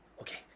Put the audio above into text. Okay